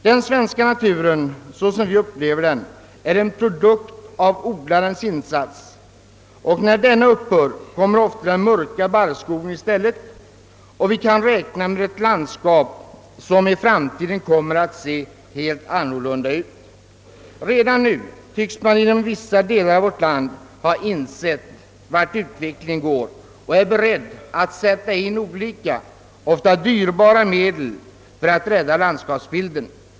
Den svenska naturen, såsom vi upplever den, är en produkt av odlarens insats, och när denna upphör kommer ofta den mörka barrskogen i stället, och vi kan räkna med ett landskap som i framtiden kommer att se helt annorlunda ut. Redan nu tycks man inom vissa delar av vårt land ha insett vart utvecklingen går, och man är beredd att sätta in olika, ofta dyrbara medel, för att rädda landskapsbilden.